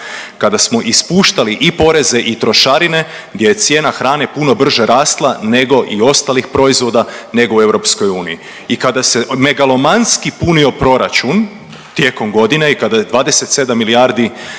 kada smo ispuštali i poreze i trošarine, gdje je cijena hrane puno brže rasla nego i ostalih proizvoda nego u EU. I kada se megalomanski punio proračun tijekom godine i kada j e 27 milijardi